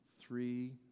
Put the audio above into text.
three